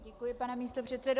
Děkuji, pane místopředsedo.